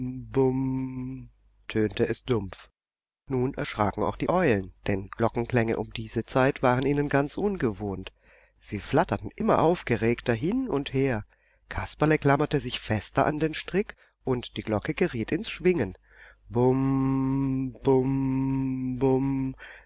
dumpf nun erschraken auch die eulen denn glockenklänge um diese zeit waren ihnen ganz ungewohnt sie flatterten immer aufgeregter hin und her kasperle klammerte sich fester an den strick und die glocke geriet ins schwingen